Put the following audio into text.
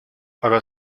aga